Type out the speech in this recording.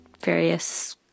various